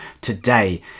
today